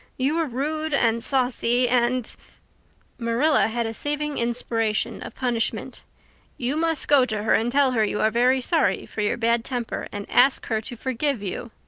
you were rude and saucy and marilla had a saving inspiration of punishment you must go to her and tell her you are very sorry for your bad temper and ask her to forgive you.